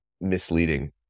misleading